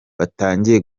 batangiye